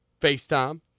FaceTime